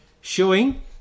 showing